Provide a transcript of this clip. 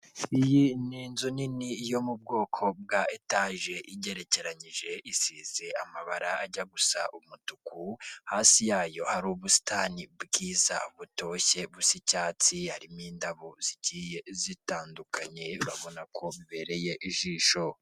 Iyi ni inzu nini yo mu bwoko bwa etage igerekeranije isize amabara ajya gusa umutuku hasi yayo hari ubusitani bwiza butoshye busa icyatsi harimo indabo zigiye zitandukanye babona kobereye ijisho.